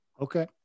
Okay